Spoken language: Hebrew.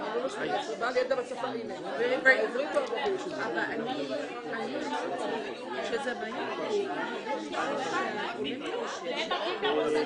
אנחנו ננעל את הישיבה היום ונחדש אותה מחר ב-09:00.